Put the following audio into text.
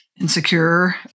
insecure